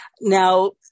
Now